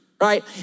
Right